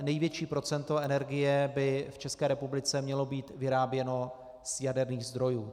Největší procento energie by v České republice mělo být vyráběno z jaderných zdrojů.